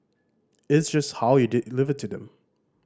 it's just how you deliver to them